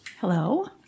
Hello